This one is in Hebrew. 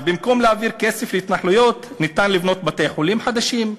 אז במקום להעביר כסף להתנחלויות ניתן לבנות בתי-חולים חדשים,